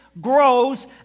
grows